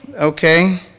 Okay